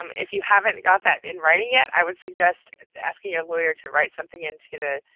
um if you haven't got that in writing yet, i would suggest asking a lawyer to write something into the.